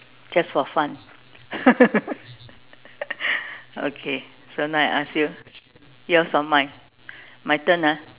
just for fun okay so now I ask you yours or mine my turn ah